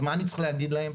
אז מה אני צריך להגיד להם?